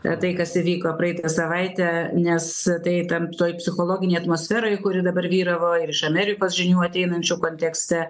tai kas įvyko praeitą savaitę nes tai įtemptoj psichologinėj atmosferoj kuri dabar vyravo ir iš amerikos žinių ateinančių kontekste